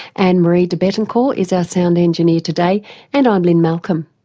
ann-marie de bettencor is our sound engineer today and i'm lynne malcolm.